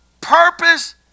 purpose